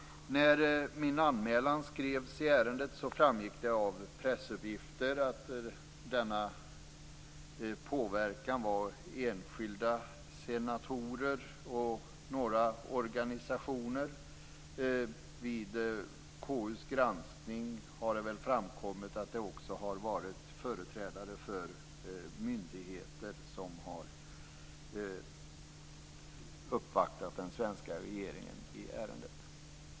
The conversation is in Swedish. När min anmälan skrevs i ärendet framgick det av pressuppgifter att denna påverkan kom från enskilda senatorer och några organisationer. Vid KU:s granskning har det framkommit att det också har varit företrädare för myndigheter som har uppvaktat den svenska regeringen i ärendet.